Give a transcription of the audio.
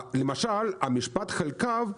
למשל המילה "חלקיו"